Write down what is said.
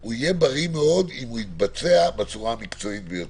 הוא יהיה בריא מאוד אם הוא יתבצע בצורה המקצועית ביותר.